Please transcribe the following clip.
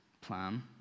plan